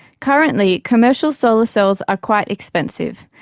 currently commercial solar cells are quite expensive,